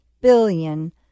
billion